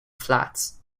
flats